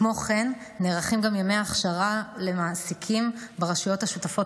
כמו כן נערכים ימי הכשרה למעסיקים ברשויות השותפות